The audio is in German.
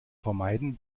vermeiden